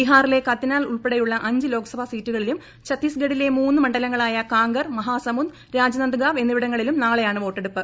ബീഹാറിലെ കതിനാൽ ഉൾപ്പെടെയുള്ള അഞ്ച് ലോക്സഭാ സീറ്റുകളിലും ഛത്തീസ്ഗഢിലെ മൂന്നു മണ്ഡലങ്ങളായ കാങ്കർ മഹാസമുദ് രാജ്നദ്ഗാവ് എന്നിവിടങ്ങളിലും നാളെയാണ് വോട്ടെടുപ്പ്